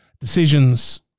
decisions